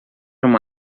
uma